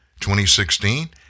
2016